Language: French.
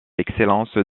excellence